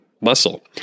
muscle